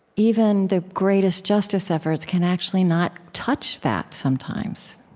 even the greatest justice efforts can actually not touch that, sometimes